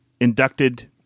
inducted